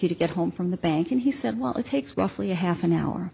you to get home from the bank and he said well it takes roughly a half an hour